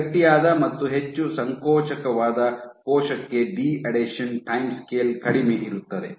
ಗಟ್ಟಿಯಾದ ಮತ್ತು ಹೆಚ್ಚು ಸಂಕೋಚಕವಾದ ಕೋಶಕ್ಕೆ ಡಿಅಡೆಷನ್ ಟೈಮ್ ಸ್ಕೇಲ್ ಕಡಿಮೆ ಇರುತ್ತದೆ